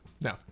no